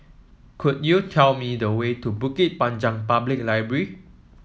could you tell me the way to Bukit Panjang Public Library